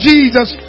Jesus